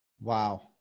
Wow